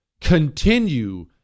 continue